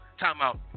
timeout